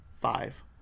five